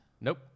Nope